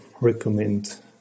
recommend